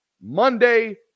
Monday